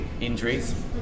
injuries